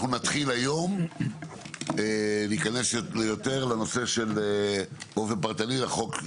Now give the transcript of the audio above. אנחנו נתחיל היום להיכנס יותר לנושא באופן פרטני לחוק,